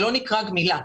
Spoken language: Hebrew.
זה לא נקרא גמילה.